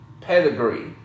pedigree